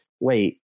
wait